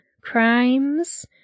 crimes